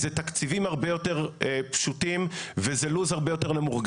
זה תקציבים הרבה יותר פשוטים וזה לו"ז הרבה יותר נמוך.